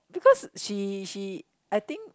because she she I think